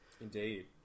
Indeed